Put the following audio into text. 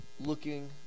looking